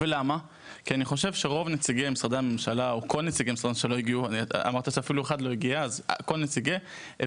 כי אני חושב שהיעדרם של נציגי משרדי הממשלה מבטא איזו הבנה